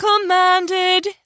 commanded